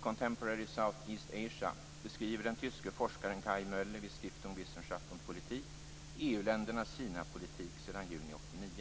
Contemporary Southeast Asia beskriver den tyske forskaren Kay Möller vid Stiftung Wissenschaft und Politik EU-ländernas Kinapolitik sedan juni 1989.